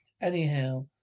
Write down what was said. Anyhow